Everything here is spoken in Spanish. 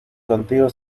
contigo